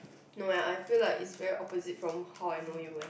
no eh I feel like it's very opposite from how I know you eh